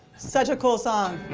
such a cool song.